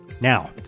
Now